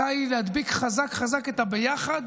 מתי להדביק חזק חזק את הביחד.